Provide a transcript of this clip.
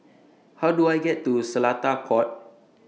How Do I get to Seletar Court